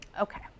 Okay